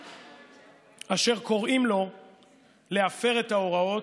אשר קוראים לו להפר את ההוראות,